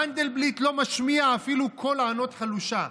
מנדלבליט לא משמיע אפילו קול ענות חלושה,